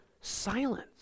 silence